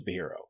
superhero